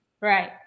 Right